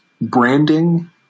branding